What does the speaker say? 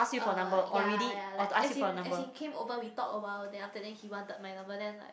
uh ya ya like as in as in came over we talk awhile then after that then he wanted my number then like